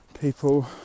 people